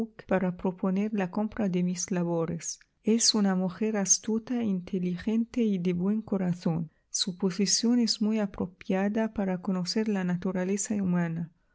para proponer la compra de mis labores es una mujer astuta inteligente y de buen corazón su posición es muy apropiada para conocer la naturaleza humana